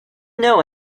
know